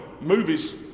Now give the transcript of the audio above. movies